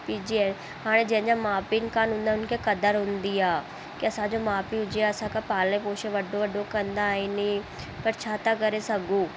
पीउ जी आहे हाणे जंहिं जा माउ पीउ कान हूंदा आहिनि हुन खे क़दरु हूंदी आहे की असांजो माउ पीउ हुजे हा असांखे पाले पोसे वॾो वॾो कंदा आहिनि पर छा था करे सघूं